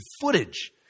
footage